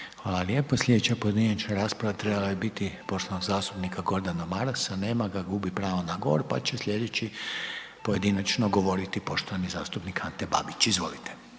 Hvala lijepa. Sljedeća pojedinačna rasprava trebala je biti poštovanog zastupnika Gordana Marasa, nema ga, gubi pravo na govor, pa će sljedeći pojedinačno govoriti poštovani zastupnik Ante Babić. Izvolite.